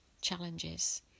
challenges